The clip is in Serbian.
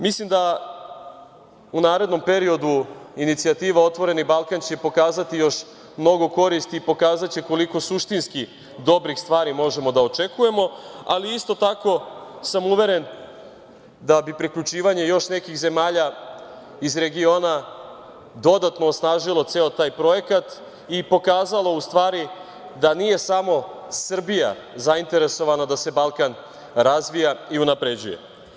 Mislim da će u narednom periodu inicijativa „Otvoreni Balkan“ pokazati još mnogo koristi i pokazaće koliko suštinski dobrih stvari možemo da očekujemo, ali isto tako sam uveren da bi priključivanje još nekih zemalja iz regiona dodatno osnažilo ceo taj projekat i pokazalo, u stvari da nije samo Srbija zainteresovana da se Balkan razvija i unapređuje.